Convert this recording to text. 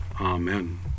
Amen